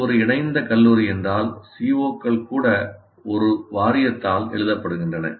இது ஒரு இணைந்த கல்லூரி என்றால் CO க்கள் கூட ஒரு வாரியத்தால் எழுதப்படுகின்றன